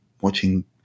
watching